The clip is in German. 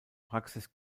praxis